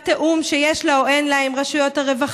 והתיאום שיש לה או אין לה עם רשויות הרווחה,